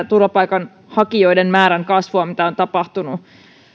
turvapaikanhakijoiden määrän kasvua